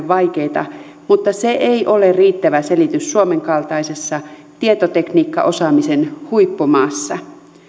vaikeita mutta se ei ole riittävä selitys suomen kaltaisessa tietotekniikkaosaamisen huippumaassa